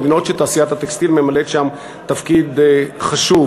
מדינות שתעשיית הטקסטיל ממלאת שם תפקיד חשוב.